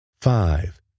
five